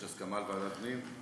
ועדת פנים.